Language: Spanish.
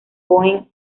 boeing